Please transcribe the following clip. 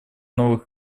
новых